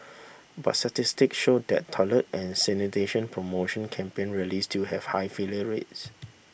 but statistics show that toilet and sanitation promotion campaign really still have high failure rate